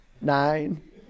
nine